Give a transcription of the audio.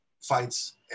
fights